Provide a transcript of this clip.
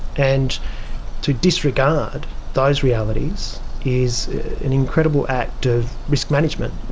and to disregard those realities is an incredible act of risk management.